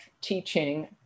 teaching